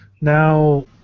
Now